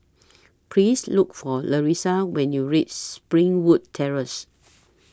Please Look For Larissa when YOU REACH Springwood Terrace